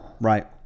Right